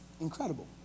incredible